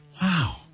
Wow